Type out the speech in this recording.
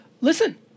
listen